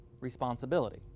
responsibility